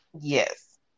yes